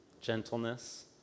gentleness